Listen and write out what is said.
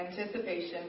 anticipation